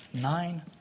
nine